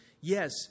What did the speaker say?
Yes